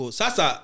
sasa